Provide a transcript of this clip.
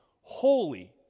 holy